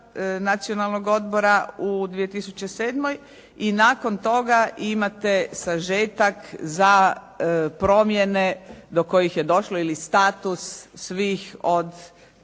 Nacionalnog odbora u 2007. i nakon toga imate sažetak za promjene do kojih je došlo ili status svih od